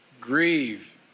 grieve